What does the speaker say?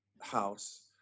house